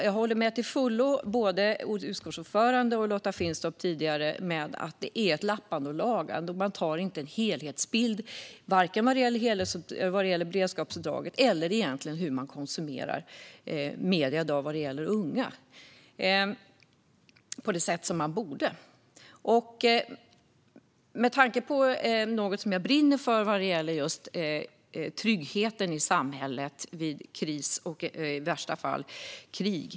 Jag instämmer till fullo med både utskottsordföranden och Lotta Finstorp om att det är ett lappande och lagande. Man skapar sig ingen helhetsbild, varken av beredskapsuppdraget eller av hur unga konsumerar medier i dag, på det sätt som man borde. Något som jag brinner för är tryggheten i samhället vid kris och i värsta fall krig.